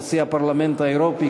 נשיא הפרלמנט האירופי,